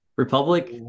Republic